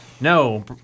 No